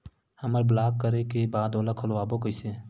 हमर ब्लॉक करे के बाद ओला खोलवाबो कइसे?